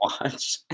watch